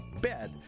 bed